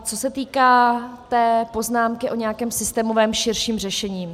Co se týká té poznámky o nějakém systémovém širším řešení.